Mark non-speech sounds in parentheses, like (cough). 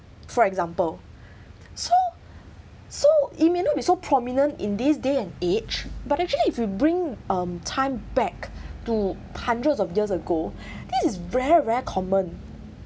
for example so so it may not be so prominent in this day and age but actually if you bring um time back to hundreds of years ago (breath) this is very very common